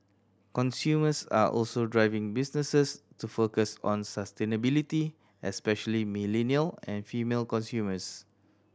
consumers are also driving businesses to focus on sustainability especially millennial and female consumers